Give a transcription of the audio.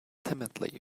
timidly